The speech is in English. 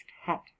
hat